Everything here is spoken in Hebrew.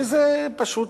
שזה פשוט,